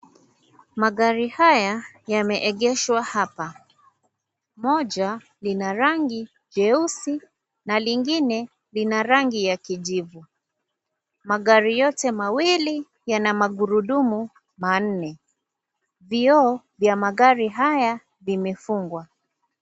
Magari haya yameegeshwa hapa moja lina rangi jeusi na lingine lina rangi ya kijivu magari yote mawili yana magurudumu manne vioo vya magari haya vimefungwa.